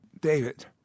David